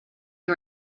you